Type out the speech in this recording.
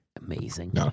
Amazing